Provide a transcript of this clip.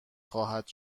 خواهد